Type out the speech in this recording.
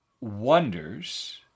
wonders